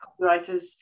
copywriters